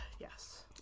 yes